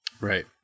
Right